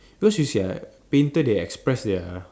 because you see right painter they express their